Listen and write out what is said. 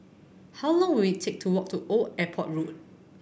how long will it take to walk to Old Airport Road